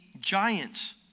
giants